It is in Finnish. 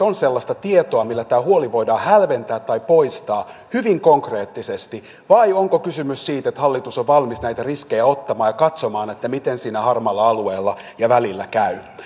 on sellaista tietoa millä tämä huoli voidaan hälventää tai poistaa hyvin konkreettisesti vai onko kysymys siitä että hallitus on valmis näitä riskejä ottamaan ja katsomaan miten siinä harmaalla alueella ja välillä käy